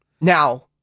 Now